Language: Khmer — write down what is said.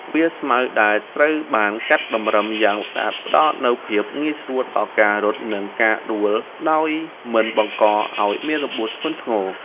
វាលស្មៅដែលត្រូវបានកាត់តម្រឹមយ៉ាងស្អាតផ្ដល់នូវភាពងាយស្រួលដល់ការរត់ និងការដួលដោយមិនបង្កឱ្យមានរបួសធ្ងន់ធ្ងរ។